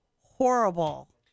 horrible